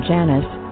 Janice